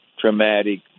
traumatic